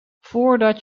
voordat